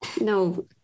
No